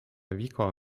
viga